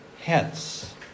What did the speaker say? hence